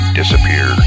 disappear